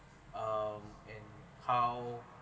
um and how